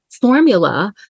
formula